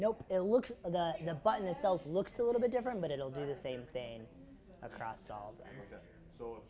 nope it looks the button itself looks a little bit different but it will do the same thing across so